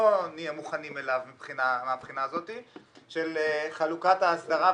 נהיה מוכנים אליו מהבחינה הזאת של חלוקת ההסדרה,